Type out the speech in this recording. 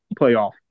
playoff